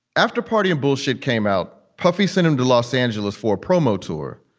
after party of bullshit came out, puffy sent him to los angeles for a promo tour.